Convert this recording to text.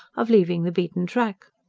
of leaving the beaten track.